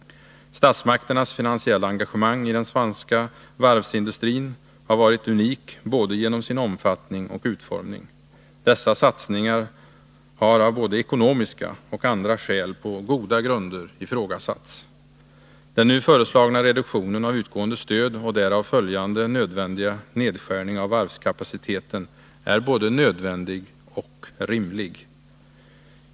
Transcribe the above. Statsmakternas finansiella engagemang i den svenska varvsindustrin har varit unikt både genom sin omfattning och genom sin utformning. Dessa satsningar har av såväl ekonomiska som andra skäl på goda grunder ifrågasatts. Den nu föreslagna reduktionen av utgående stöd och därav följande nedskärning av varvskapaciteten är både nödvändig och rimlig.